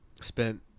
spent